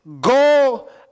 go